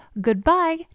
goodbye